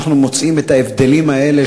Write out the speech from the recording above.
אנחנו מוצאים את ההבדלים האלה,